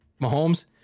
Mahomes